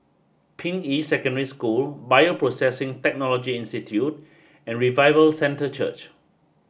Ping Yi Secondary School Bioprocessing Technology Institute and Revival Centre Church